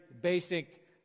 basic